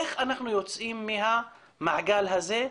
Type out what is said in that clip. איך אנחנו יוצאים מהמעגל הזה,